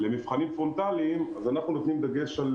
למבחנים פרונטליים, אז אנחנו נותנים דגש על